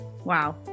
Wow